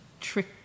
trick